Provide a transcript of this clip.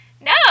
no